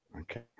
Okay